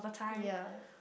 ya